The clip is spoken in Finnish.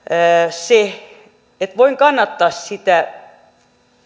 se että voin kannattaa sitä